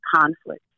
conflict